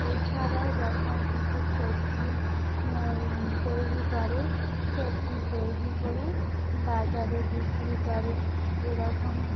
এছাড়াও যখন কিছু সবজি তৈরি করে সবজি তৈরি করে বাজারে বিক্রি করে এরকম